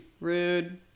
Rude